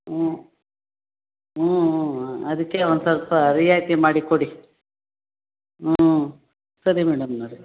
ಹ್ಞೂ ಹ್ಞೂ ಹ್ಞೂ ಹ್ಞೂ ಅದಕ್ಕೆ ಒಂದು ಸ್ವಲ್ಪ ರಿಯಾಯಿತಿ ಮಾಡಿ ಕೊಡಿ ಹ್ಞೂ ಸರಿ ಮೇಡಮ್ನೋರೆ